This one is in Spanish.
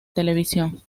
televisión